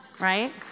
Right